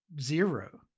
zero